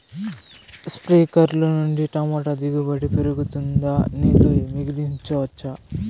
స్ప్రింక్లర్లు నుండి టమోటా దిగుబడి పెరుగుతుందా? నీళ్లు మిగిలించవచ్చా?